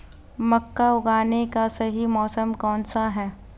मक्का उगाने का सही मौसम कौनसा है?